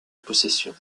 possession